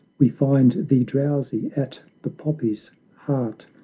we find thee drowsy at the poppy's heart,